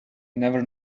never